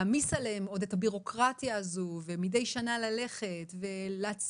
להעמיס עליהם עוד את הבירוקרטיה הזאת ומידי שנה ללכת ולהציג.